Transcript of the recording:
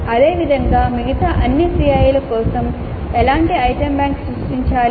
అదేవిధంగా మిగతా అన్ని సిఐల కోసం ఎలాంటి ఐటమ్ బ్యాంక్ సృష్టించాలి